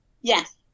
Yes